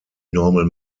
normal